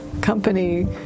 company